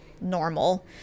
normal